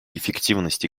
эффективности